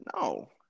No